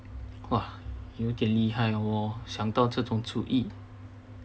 哇有点厉害啊我想到这种主意